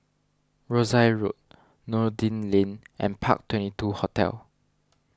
Rosyth Road Noordin Lane and Park Twenty two Hotel